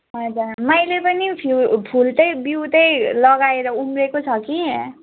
हजुर मैले पनि फ्यु फुल चाहिँ बिउ चाहिँ लगाएर उम्रेको छ कि